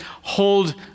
hold